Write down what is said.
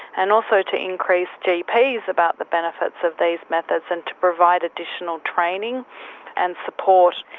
and also to increase gps about the benefits of these methods and to provide additional training and support.